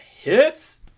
hits